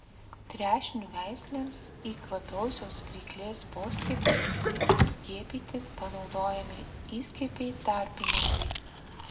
trešnių veislėms į kvapiosios kryklės poskiepius skiepyti panaudojami įskiepiai tarpininkai